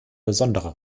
besonderer